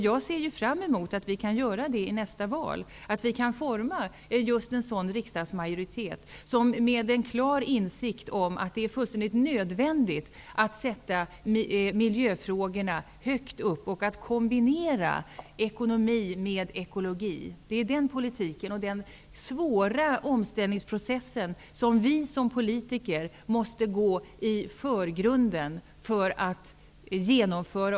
Jag ser fram emot att vi kan göra det i nästa val och forma en sådan riksdagsmajoritet som har en klar insikt om att det är fullständigt nödvändigt att sätta miljöfrågorna högt upp och att kombinera ekonomi med ekologi. Det är den politiken och den svåra omställningsprocessen som vi som politiker måste gå i förgrunden för att genomföra.